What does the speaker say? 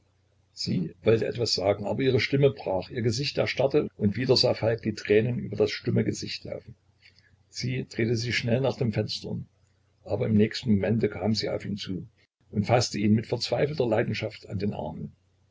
sie wollte etwas sagen aber ihre stimme brach ihr gesicht erstarrte und wieder sah falk die tränen über das stumme gesicht laufen sie drehte sich schnell nach dem fenster um aber im nächsten momente kam sie auf ihn zu und faßte ihn mit verzweifelter leidenschaft an den armen